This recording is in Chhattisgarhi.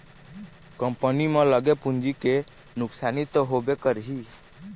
कंपनी म लगे पूंजी के नुकसानी तो होबे करही